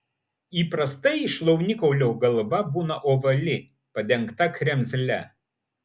įprastai šlaunikaulio galva būna ovali padengta kremzle